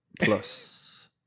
plus